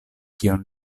kion